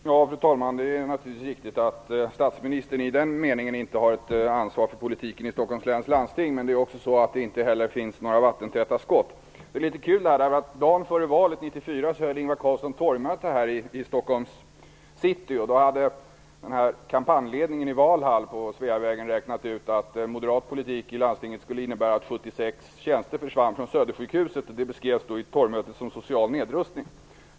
Fru talman! Det är naturligtvis riktigt att statsministern inte har ansvar för politiken i Stockholms läns landsting, men det finns heller inte några vattentäta skott. Dagen före valet 1994 höll Ingvar Carlsson torgmöte i Stockholms city. Kampanjledningen på Sveavägen hade då räknat ut att moderat politik i landstinget skulle innebära att 76 tjänster försvann från Södersjukhuset. Vid torgmötet beskrevs det som social nedrustning.